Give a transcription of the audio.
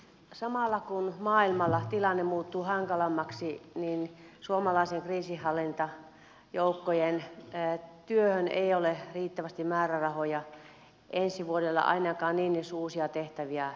samalla kun maailmalla tilanne muuttuu hankalammaksi niin suomalaiseen kriisinhallintajoukkojen työhön ei ole riittävästi määrärahoja ensi vuodelle ainakaan jos uusia tehtäviä tulee